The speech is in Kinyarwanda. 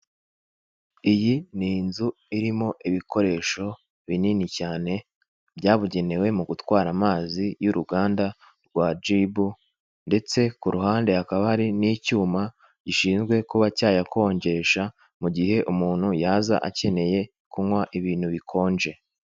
Iyi ni inzu irimo ibikoresho binini cyane byabugenewe mu gutwara amazi y'uruganda rwa jibu ndetse ku ruhande hakaba hari n'icyuma gishinzwe kuba cyayakonjesha mu gihe umuntu yaza akeneye kunywa ibintu bikonje.